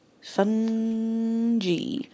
Fungi